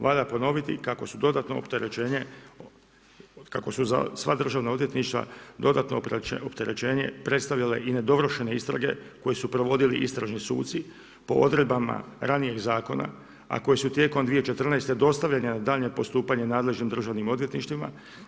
Valja ponoviti, kako su dodatno opterećenje, kako su za sva državna odvjetništva, dodatno opterećeno, predstavila i nedovršene istrage, koje su provodili istražni suci, po odredbama ranijih zakona, a koji su tijekom 2014. dostavljena na daljnje postupanje nadležnim državnim odvjetništvima.